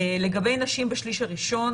לגבי נשים בשלישי הראשון